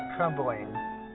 trembling